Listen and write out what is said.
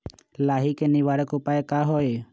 लाही के निवारक उपाय का होई?